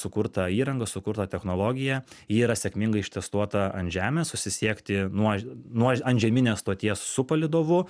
sukurtą įrangą sukurtą technologiją ji yra sėkmingai ištestuota ant žemės susisiekti nuo nuo antžeminės stoties su palydovu